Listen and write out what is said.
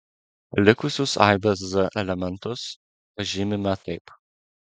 likusius aibės z elementus pažymime taip